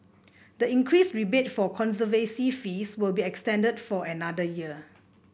the increased rebate for conservancy fees will be extended for another year